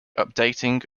updating